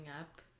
up